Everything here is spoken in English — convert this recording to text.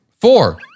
Four